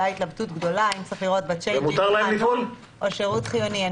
הייתה התלבטות גדולה אם צריך לראות בצ'יינג'ים התקהלות או שירות חיוני.